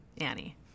Annie